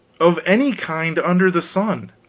of any kind under the sun!